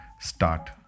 start